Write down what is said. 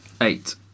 Eight